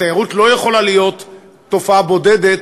התיירות לא יכולה להיות תופעה בודדת